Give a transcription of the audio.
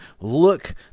Look